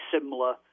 similar